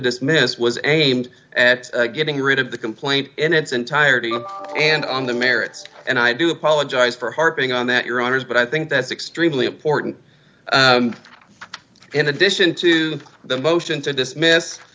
dismiss was aimed at getting rid of the complaint in its entirety and on the merits and i do apologize for harping on that your honour's but i think that's extremely important in addition to the motion to dismiss